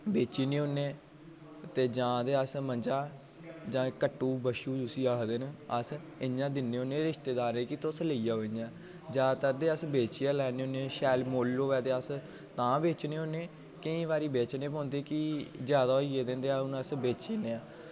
बेची ओड़ने होने ते जां ते अस मंजां जां कट्टु बच्छु जिसी आखदे न अस इ'यां दिन्ने होने रिश्तेदारें गी कि तुस लेई जाओ इ'यां जादातर अस बेची गै लैने होने शैल मु'ल्ल होवै ते अस तां बेचने होने केईं बारी बेचने पौंदे कि जादा होई गेदे न होंदे हून अस बेची ओड़ने हा